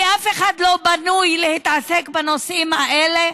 כי אף אחד לא בנוי להתעסק בנושאים האלה,